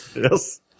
Yes